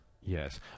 Yes